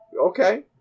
Okay